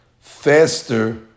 faster